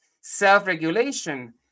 self-regulation